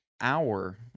hour